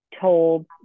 told